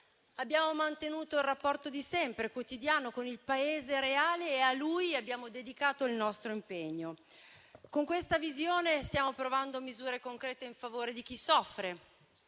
Abbiamo mantenuto il rapporto di sempre, quotidiano, con il Paese reale e a lui abbiamo dedicato il nostro impegno. Con questa visione stiamo approvando misure concrete in favore di chi soffre,